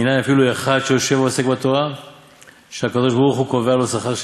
ומנין אפילו אחד שיושב ועוסק בתורה שהקדוש-ברוך-הוא קובע לו שכר,